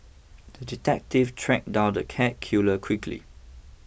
the detective tracked down the cat killer quickly